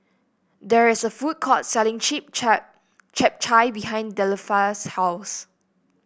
there is a food court selling chip chap Chap Chai behind Delphia's house